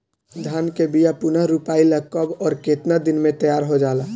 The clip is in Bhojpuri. धान के बिया पुनः रोपाई ला कब और केतना दिन में तैयार होजाला?